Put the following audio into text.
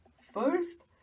first